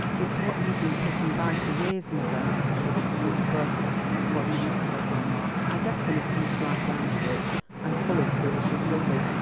it's what you've been putting by for years, mother, she whispered, for hush! said grandma. i guess when it comes right down to it i'm full as foolish as lizzie.